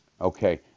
Okay